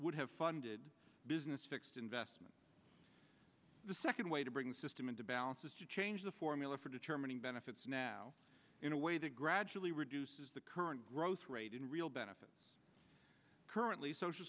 would have funded business fixed investment the second way to bring the system into balance is to change the formula for determining benefits now in a way that gradually reduces the current growth rate in real benefits currently social